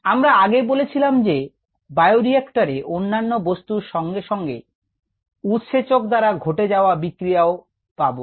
আমরা আগে বলেছিলাম যে বায়ো রিয়াক্টর এ অন্যান্য বস্তুর সঙ্গে সঙ্গে উৎসেচক দ্বারা ঘটে যাওয়া বিক্রিয়াও পাবো